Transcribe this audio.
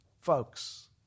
folks